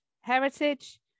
heritage